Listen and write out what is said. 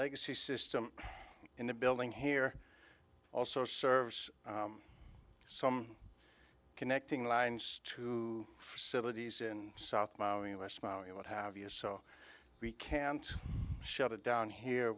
legacy system in the building here also serves some connecting lines to facilities in south mowing my smile and what have you so we can't shut it down here